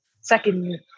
second